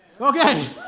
Okay